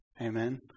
Amen